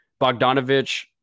Bogdanovich